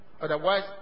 otherwise